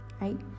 right